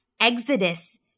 exodus